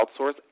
outsource